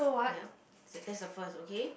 yup s~ that's the first okay